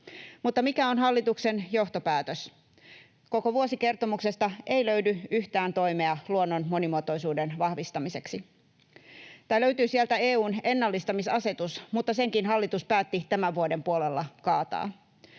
Mutta mikä on hallituksen johtopäätös? Koko vuosikertomuksesta ei löydy yhtään toimea luonnon monimuotoisuuden vahvistamiseksi. Tai löytyy sieltä EU:n ennallistamisasetus, mutta senkin hallitus päätti tämän vuoden puolella kaataa.